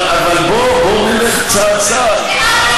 אבל בוא נלך צעד צעד.